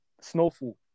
snowfall